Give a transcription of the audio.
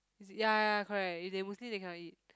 ya ya correct if they Muslim they cannot eat